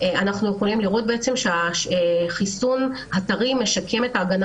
אנחנו יכולים לראות שהחיסון הטרי משקם את ההגנה